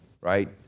right